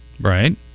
Right